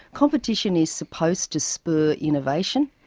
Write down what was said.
competition is supposed to spur innovation.